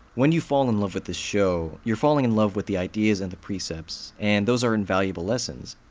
when you fall in love with this show, you're falling in love with the ideas and the precepts, and those are invaluable lessons.